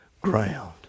ground